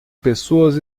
pessoas